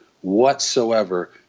whatsoever